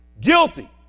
Guilty